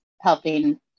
Helping